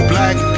Black